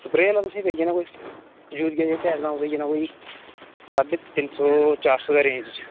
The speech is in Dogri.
स्प्रे दा तुसेंगी पेई जाना कोई पेई जाना कोई साढ़े तीन सौ चार सौ दी रेंज च